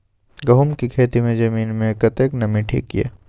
गहूम के खेती मे जमीन मे कतेक नमी ठीक ये?